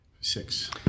Six